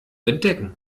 entdecken